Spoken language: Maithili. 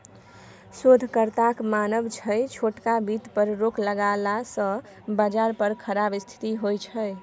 शोधकर्ताक मानब छै छोटका बित्त पर रोक लगेला सँ बजार पर खराब स्थिति होइ छै